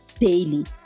daily